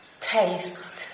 taste